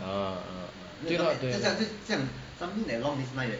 uh uh uh 对 lah 对 lah